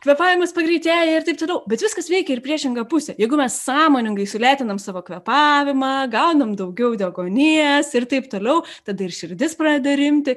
kvėpavimas pagreitėja ir taip toliau bet viskas veikia ir į priešingą pusę jeigu mes sąmoningai sulėtinam savo kvėpavimą gaunam daugiau deguonies ir taip toliau tada ir širdis pradeda rimti